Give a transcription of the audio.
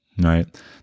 right